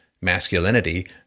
masculinity